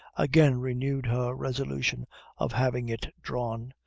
again renewed her resolution of having it drawn,